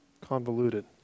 convoluted